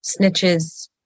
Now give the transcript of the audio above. snitches